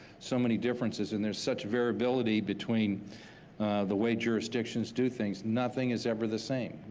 so many differences, and there's such variability between the way jurisdictions do things, nothing is ever the same.